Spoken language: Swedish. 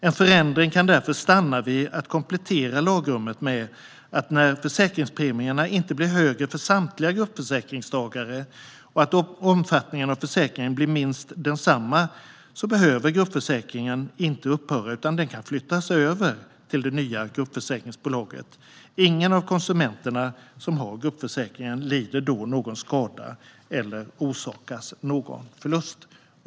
En förändring kan därför stanna vid att komplettera lagrummet med att när försäkringspremierna inte blir högre för samtliga gruppförsäkringstagare och omfattningen av försäkringen blir minst densamma behöver gruppförsäkringen inte upphöra utan kan flyttas över till det nya gruppförsäkringsbolaget. Ingen av konsumenterna som har gruppförsäkringen lider då någon skada eller orsakas någon förlust.